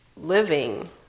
living